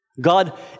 God